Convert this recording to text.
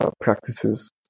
practices